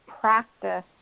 practice